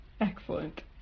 Excellent